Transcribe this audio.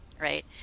right